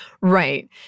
Right